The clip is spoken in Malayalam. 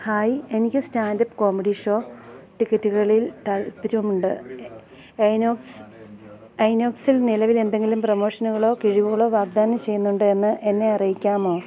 ഹായ് എനിക്ക് സ്റ്റാൻഡപ്പ് കോമഡി ഷോ ടിക്കറ്റുകളിൽ താൽപ്പര്യമുണ്ട് ഐനോക്സ് ഐനോക്സിൽ നിലവിൽ എന്തെങ്കിലും പ്രമോഷനുകളോ കിഴിവുകളോ വാഗ്ദാനം ചെയ്യുന്നുണ്ടോ എന്ന് എന്നെ അറിയിക്കാമോ